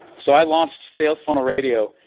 so i launched sales funnel radio,